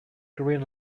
green